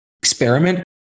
experiment